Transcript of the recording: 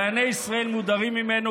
דייני ישראל מודרים ממנו,